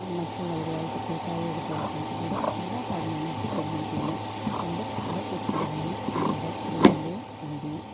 മറ്റുള്ളവരുമായിട്ട് കൂട്ടായ ഒരു പ്രവർത്തനത്തിലൂടെ എല്ലാ കാര്യങ്ങളും നടത്തി തരികയും ചെയ്യുന്ന രണ്ട് മഹദ് വ്യക്തികളാണ് ഞങ്ങളുടെ എം എൽ എയും എം പിയും